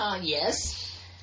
Yes